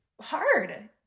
hard